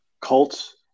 cults